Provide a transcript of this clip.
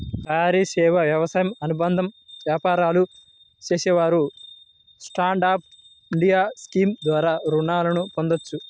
తయారీ, సేవా, వ్యవసాయ అనుబంధ వ్యాపారాలు చేసేవారు స్టాండ్ అప్ ఇండియా స్కీమ్ ద్వారా రుణాలను పొందవచ్చు